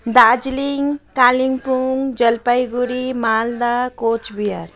Darjeeling Kalimpong Jalpaiguri Malda Cooch Behar